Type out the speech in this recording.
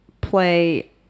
play